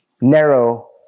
narrow